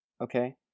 Okay